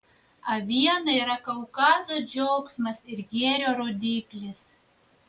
aviena yra kaukazo džiaugsmas ir gėrio rodiklis